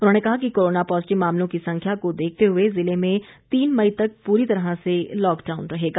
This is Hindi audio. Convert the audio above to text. उन्होंने कहा कि कोरोना पॉजिटिव मामलों की संख्या को देखते हुए ज़िले में तीन मई तक पूरी तरह से लॉकडाउन रहेगा